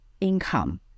income